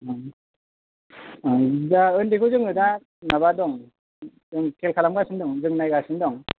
उन्दैखौ दा जों उन्दै माबा गासिनो दं खेल खालाम गासिनो दं जों नायगासिनो दं